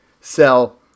sell